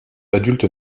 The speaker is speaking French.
adulte